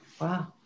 wow